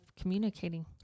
communicating